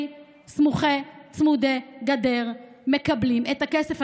תושבי סמוכי וצמודי הגדר מקבלים את הכסף.